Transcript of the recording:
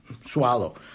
swallow